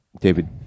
David